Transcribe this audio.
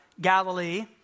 Galilee